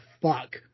fuck